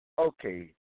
okay